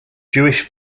jewish